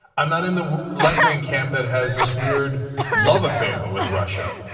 i'm not in the left-wing camp that has this weird love affair with russia.